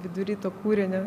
vidury to kūrinio